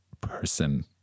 person